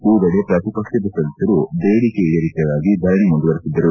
ಈ ವೇಳೆ ಪ್ರತಿಪಕ್ಷದ ಸದಸ್ಯರು ಬೇಡಿಕೆ ಈಡೇರಿಕೆಗಾಗಿ ಧರಣಿ ಮುಂದುವರಿಸಿದ್ದರು